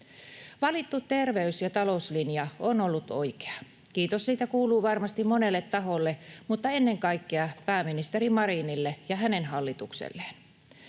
Valittu terveys- ja talouslinja on ollut oikea. Kiitos siitä kuuluu varmasti monelle taholle, mutta ennen kaikkea pääministeri Marinille ja hänen hallitukselleen.